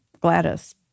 gladys